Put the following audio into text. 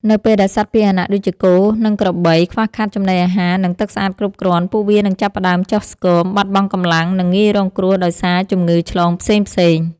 នៅពេលដែលសត្វពាហនៈដូចជា គោ និងក្របី ខ្វះខាតចំណីអាហារ និងទឹកស្អាតគ្រប់គ្រាន់ ពួកវានឹងចាប់ផ្ដើមចុះស្គម បាត់បង់កម្លាំង និងងាយរងគ្រោះដោយសារជំងឺឆ្លងផ្សេងៗ។